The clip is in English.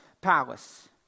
palace